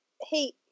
Hey